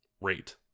rate